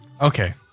Okay